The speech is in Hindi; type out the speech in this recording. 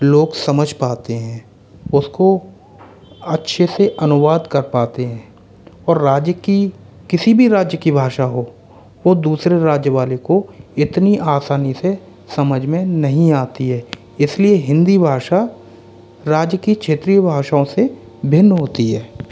लोग समझ पाते हैं उसको अच्छे से अनुवाद कर पाते हैं और राज्य की किसी भी राज्य की भाषा हो वह दूसरे राज्य वाले को इतनी आसानी से समझ में नहीं आती है इसलिए हिन्दी भाषा राज्य की क्षेत्रीय भाषाओं से भिन्न होती है